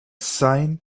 sein